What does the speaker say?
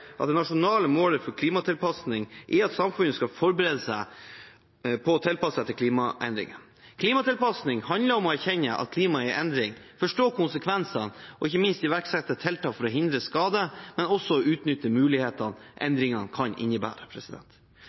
at det framgår av Meld. St. 33 for 2012–2013 at det nasjonale målet for klimatilpasning er at samfunnet skal forberedes på å tilpasse seg klimaendringene. Klimatilpasning handler om å erkjenne at klimaet er i endring, forstå konsekvensene og ikke minst iverksette tiltak for å hindre skade, men også å utnytte mulighetene endringene kan innebære.